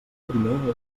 primer